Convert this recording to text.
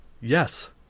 Yes